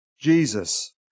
Jesus